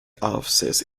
offices